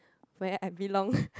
where I belong